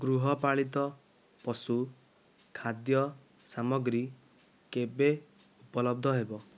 ଗୃହପାଳିତ ପଶୁ ଖାଦ୍ୟ ସାମଗ୍ରୀ କେବେ ଉପଲବ୍ଧ ହେବ